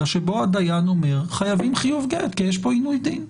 שבו דיין אומר חייבים חיוב גט כי יש פה עינוי דין?